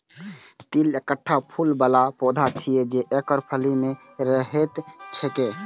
तिल एकटा फूल बला पौधा छियै, जे एकर फली मे रहैत छैक